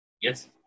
Yes